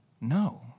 No